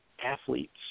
Athletes